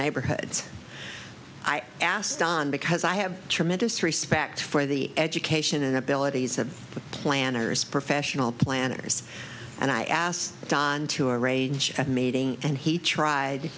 neighborhoods i asked on because i have tremendous respect for the education and abilities of the planners professional planners and i asked don to arrange a meeting and he tried